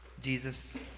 Jesus